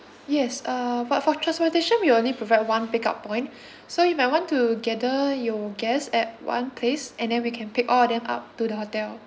yes uh but for transportation we'll only provide one pick up point so you might want to gather your guests at one place and then we can pick all of them up to the hotel